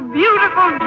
beautiful